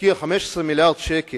להשקיע 15 מיליארד ש"ח